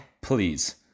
Please